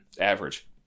average